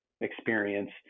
experience